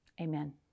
Amen